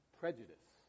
prejudice